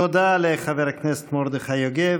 תודה לחבר הכנסת מרדכי יוגב.